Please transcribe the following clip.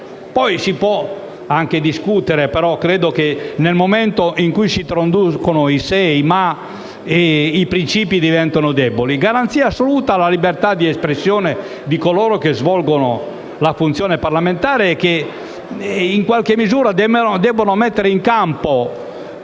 Poi si può anche discutere, però credo che nel momento in cui si introducono i "se" e i "ma" i principi diventano deboli. Occorre garanzia assoluta alla libertà di espressione di coloro che svolgono la funzione parlamentare e che in qualche misura debbono mettere in campo